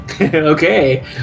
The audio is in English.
Okay